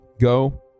go